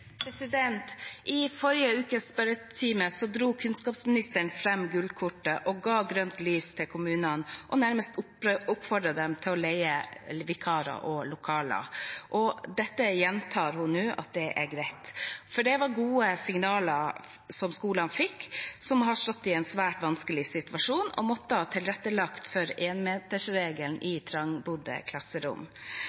I forrige ukes spørretime dro kunnskapsministeren fram gullkortet og ga grønt lys til kommunene og nærmest oppfordret dem til å leie vikarer og lokaler. Dette gjentar hun nå at er greit. Det var gode signaler som skolene fikk, som har stått i en svært vanskelig situasjon og har måttet tilrettelegge for enmetersregelen i trangbodde klasserom. For oss i